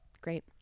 Great